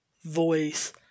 voice